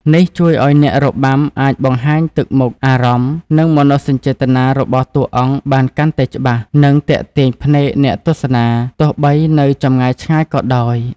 នេះជួយឲ្យអ្នករបាំអាចបង្ហាញទឹកមុខ អារម្មណ៍ និងមនោសញ្ចេតនារបស់តួអង្គបានកាន់តែច្បាស់ និងទាក់ទាញភ្នែកអ្នកទស្សនាទោះបីនៅចម្ងាយឆ្ងាយក៏ដោយ។